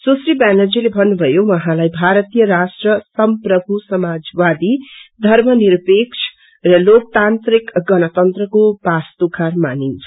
सुश्री व्यानर्जीले भन्नुभयो उहाँलाई भारतीय राष्ट्र सम्प्रभु समाजवादी धर्म निपेक्ष र लोकतान्त्रिक गण्तन्त्रको वास्तुकार मानिन्छ